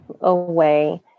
away